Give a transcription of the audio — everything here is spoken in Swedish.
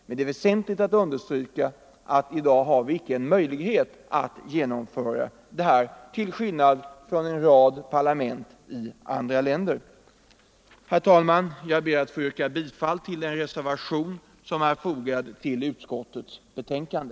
Men det är väsentligt att understryka att vi i dag inte har någon möjlighet att genomföra utskottsutfrågningar, till skillnad från vad fallet är i en rad parlament i andra länder. Herr talman! Jag ber att få yrka bifall till den reservation som har fogats till konstitutionsutskottets betänkande.